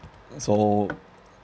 and so